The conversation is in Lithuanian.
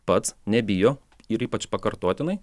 pats nebijo ir ypač pakartotinai